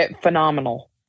phenomenal